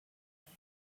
eyes